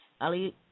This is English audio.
Ali